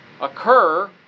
occur